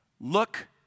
Look